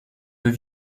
deux